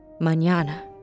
Mañana